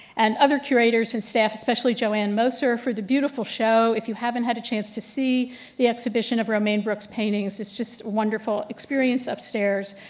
and other curators and staff. especially joann moser for the beautiful show. if you haven't had a chance to see the exhibition of romaine brooks paintings it's just wonderful experience, upstairs.